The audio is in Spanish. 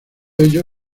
ello